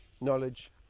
knowledge